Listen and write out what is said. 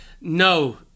no